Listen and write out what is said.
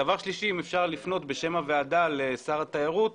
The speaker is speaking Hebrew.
דבר נוסף, אם אפשר לפנות בשם הוועדה לשר התיירות,